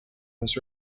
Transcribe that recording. was